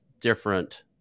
different